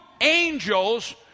angels